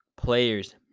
players